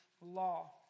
law